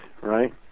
right